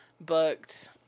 booked